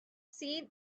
seen